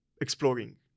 exploring